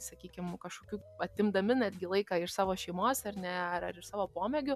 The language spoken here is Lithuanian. sakykim kažkokių atimdami netgi laiką iš savo šeimos ar ne ar savo pomėgių